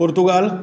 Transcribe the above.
Portugal